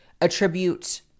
attribute